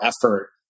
effort